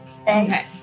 Okay